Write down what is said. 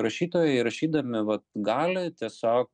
rašytojai rašydami vat gali tiesiog